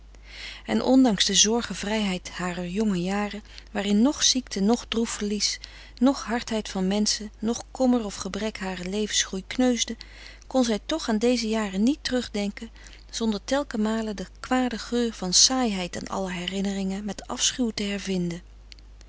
eeden van de koele meren des doods waarin noch ziekte noch droef verlies noch hardheid van menschen noch kommer of gebrek haren levensgroei kneusden kon zij toch aan deze jaren niet terugdenken zonder telkenmale de kwade geur van saaiheid aan alle herinneringen met afschuw te hervinden